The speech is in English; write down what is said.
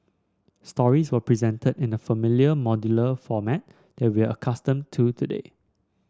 stories were presented in the familiar modular format that we are accustomed to today